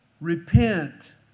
repent